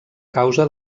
causa